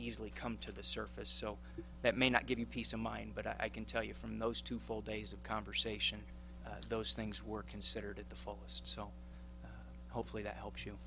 easily come to the surface so that may not give you peace of mind but i can tell you from those two full days of conversation those things were considered at the fullest so hopefully that helps you